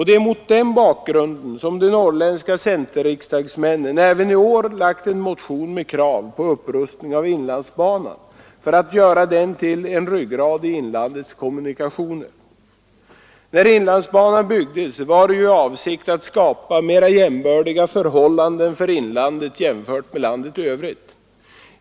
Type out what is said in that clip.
Det är mot den bakgrunden som de norrländska centerriksdagsmännen även i år har väckt en motion med krav på upprustning av inlandsbanan för att göra den till en ryggrad i inlandets kommunikationer. När inlandsbanan byggdes var ju avsikten att skapa mera jämbördiga förhållanden för inlandet jämfört med landet i övrigt.